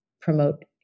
promote